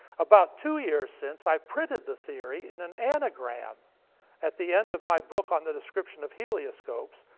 about two years since i printed the theory in an anagram at the end of my book on the description of helioscopes,